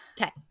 Okay